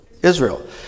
Israel